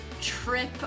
trip